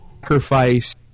sacrifice